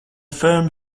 firm